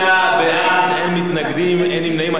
29 בעד, אין מתנגדים, אין נמנעים.